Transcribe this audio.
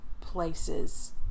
places